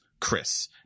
chris